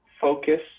focus